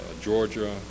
Georgia